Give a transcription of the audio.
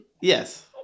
Yes